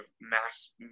mass